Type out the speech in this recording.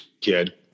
kid